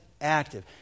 active